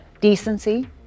decency